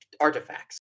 artifacts